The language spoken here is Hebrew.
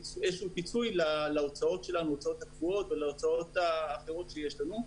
ופיצוי להוצאות הקבועות ולהוצאות האחרות שיש לנו.